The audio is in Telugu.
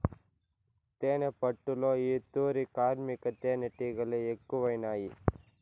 తేనెపట్టులో ఈ తూరి కార్మిక తేనీటిగలె ఎక్కువైనాయి